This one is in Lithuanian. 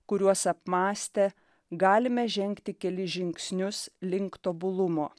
kuriuos apmąstę galime žengti kelis žingsnius link tobulumo